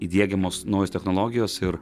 įdiegiamos naujos technologijos ir